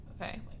okay